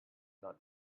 not